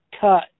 cut